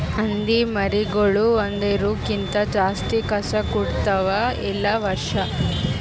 ಹಂದಿ ಮರಿಗೊಳ್ ಒಂದುರ್ ಕ್ಕಿಂತ ಜಾಸ್ತಿ ಕಸ ಕೊಡ್ತಾವ್ ಎಲ್ಲಾ ವರ್ಷ